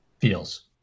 feels